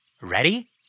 Ready